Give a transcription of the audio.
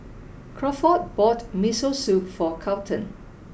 Crawford bought Miso Soup for Carlton